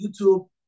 YouTube